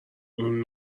اون